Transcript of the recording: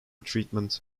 treatment